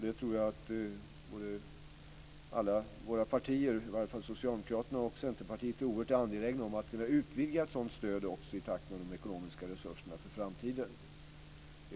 Det tror jag att alla riksdagens partier, i varje fall Socialdemokraterna och Centerpartiet, är oerhört angelägna om att kunna utvidga i takt med utvecklingen vad gäller de ekonomiska resurserna för framtiden.